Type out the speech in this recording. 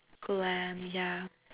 glam yeah